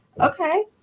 okay